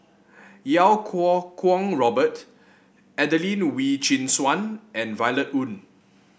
Iau Kuo Kwong Robert Adelene Wee Chin Suan and Violet Oon